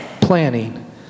planning